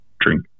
drink